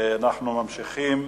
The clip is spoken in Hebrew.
אנחנו ממשיכים.